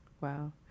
Wow